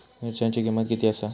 मिरच्यांची किंमत किती आसा?